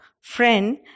friend